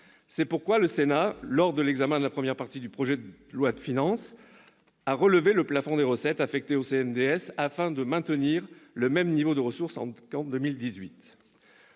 C'est pourquoi le Sénat, lors de l'examen de la première partie du projet de loi de finances, a relevé le plafond de recettes affectées au CNDS, afin de maintenir le même niveau de ressources en 2018.